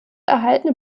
erhaltene